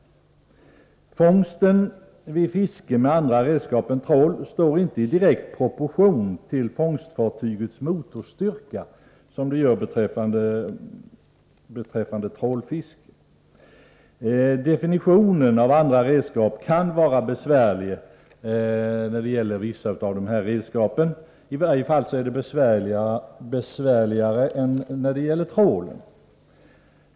Fångsten vid fiske med andra redskap än trål står inte i direkt proportion till fångstfartygets motorstyrka som den gör beträffande trålfiske. Definitionen kan vara besvärlig när det gäller vissa av de här redskapen. I varje fall är det besvärligare än när det gäller trål.